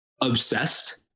obsessed